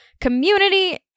community